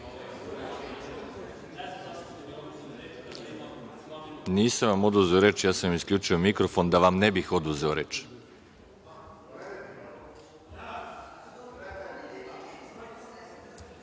Nisam vam oduzeo reč, ja sam vam isključio mikrofon da vam ne bih oduzeo